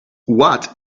what